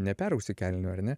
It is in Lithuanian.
neperausi kelnių ar ne